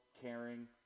caring